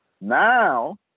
Now